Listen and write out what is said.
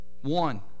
One